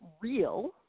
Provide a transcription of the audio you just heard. real